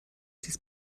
dies